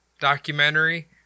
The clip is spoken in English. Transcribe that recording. Documentary